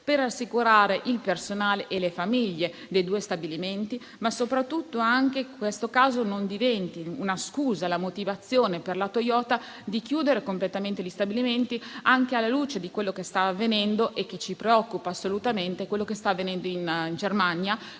per assicurare il personale e le famiglie dei due stabilimenti. Soprattutto auspico che questo caso non diventi una scusa e la motivazione per la Toyota per chiudere completamente gli stabilimenti, anche alla luce di quello che sta avvenendo in Germania, che ci preoccupa assolutamente, con la chiusura di tre